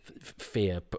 fear